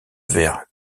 vers